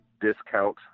discount